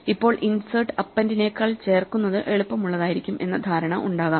ഇപ്പോൾ ഇൻസേർട്ട് അപ്പെൻഡിനേക്കാൾ ചേർക്കുന്നത് എളുപ്പമുള്ളതായിരിക്കും എന്ന ധാരണ ഉണ്ടാകാം